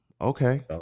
okay